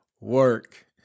work